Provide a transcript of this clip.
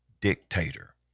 dictator